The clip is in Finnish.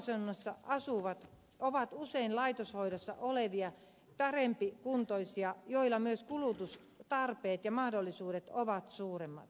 palveluasunnossa asuvat ovat usein laitoshoidossa olevia parempikuntoisia ja heillä myös kulutustarpeet ja mahdollisuudet ovat suuremmat